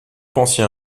pensiez